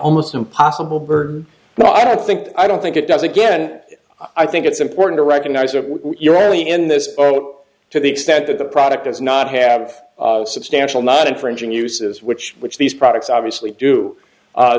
almost impossible but i don't think i don't think it does again i think it's important to recognize that your early in this early to the extent that the product does not have substantial not infringing uses which which these products obviously do